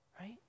right